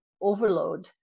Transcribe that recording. overload